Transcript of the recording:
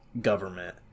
government